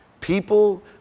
people